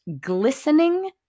glistening